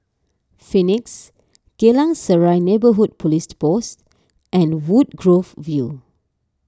Phoenix Geylang Serai Neighbourhood Police Post and Woodgrove View